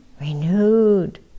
renewed